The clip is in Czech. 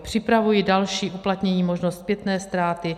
Připravuji další uplatnění, možnost zpětné ztráty.